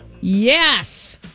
Yes